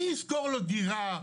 מי ישכור לו דירה?